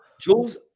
Jules